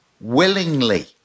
willingly